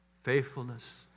Faithfulness